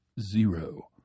Zero